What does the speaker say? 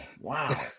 Wow